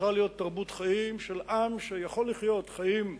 צריכה להיות תרבות חיים של עם שיכול לחיות חיים כהלכה,